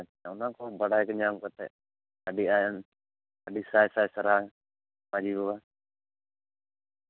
ᱚᱱᱟ ᱠᱚ ᱵᱟᱲᱟᱭ ᱧᱟᱢ ᱠᱟᱛᱮᱜ ᱟᱹᱰᱤ ᱟᱭᱢᱟ ᱟᱹᱰᱤ ᱥᱟᱭ ᱥᱟᱭ ᱥᱟᱨᱦᱟᱣ ᱢᱟᱹᱡᱷᱤ ᱵᱟᱵᱟ